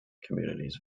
communities